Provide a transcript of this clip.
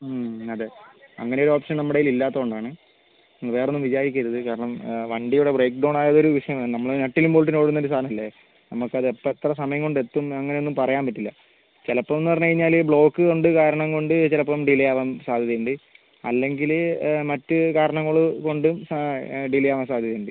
അതെ അങ്ങനെ ഒരു ഓപ്ഷൻ നമ്മടേൽ ഇല്ലാത്തോണ്ടാണ് വേറൊന്നും വിചാരിക്കരുത് കാരണം വണ്ടി ഇവിടെ ബ്രേക്ക് ഡൌൺ ആയത് ഒരു വിഷയമാ നമ്മൾ നട്ടിലും ബോൾട്ടിലും ഓടുന്ന ഒരു സാധനം അല്ലെ നമുക്കത് എപ്പം എത്ര സമയം കൊണ്ട് എത്തുംന്ന് അങ്ങനെ ഒന്നും പറയാൻ പറ്റില്ല ചിലപ്പംന്ന് പറഞ്ഞ് കഴിഞ്ഞാൽ ബ്ലോക്ക് കൊണ്ട് കാരണം കൊണ്ട് ചിലപ്പം ഡിലേ ആവാൻ സാധ്യത ഉണ്ട് അല്ലെങ്കിൽ മറ്റ് കാരണങ്ങൾ കൊണ്ട് ആ ഡിലേ ആവാൻ സാധ്യത ഉണ്ട്